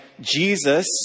Jesus